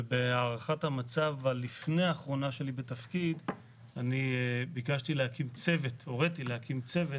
ובהערכת המצב הלפני אחרונה שלי בתפקיד הוריתי להקים צוות